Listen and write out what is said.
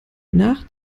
nach